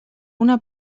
una